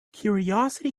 curiosity